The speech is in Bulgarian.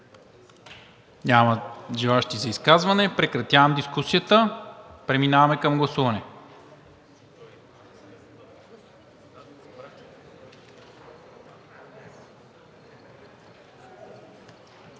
Няма желаещи за изказване. Прекратявам дискусията. Преминаваме към гласуване.